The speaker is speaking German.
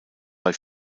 bei